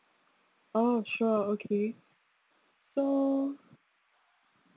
oh sure okay so